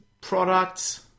products